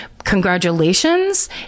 Congratulations